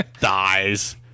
dies